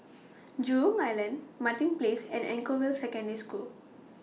Jurong Island Martin Place and Anchorvale Secondary School